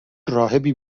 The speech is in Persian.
راهبی